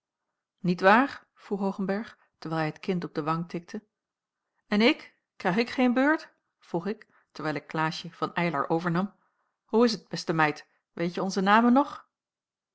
niet waar vroeg hoogenberg terwijl hij het kind op den wang tikte en ik krijg ik geen beurt vroeg ik terwijl ik klaasje van eylar overnam hoe is t beste meid weet je onze namen nog